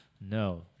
No